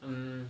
um